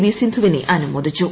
V സിന്ധുവിനെ അനുമോദിച്ചു